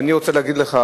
אני רוצה להגיד לך,